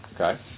Okay